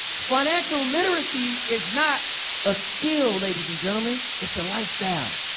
financial literacy is not a skill, ladies and gentlemen. it's a lifestyle.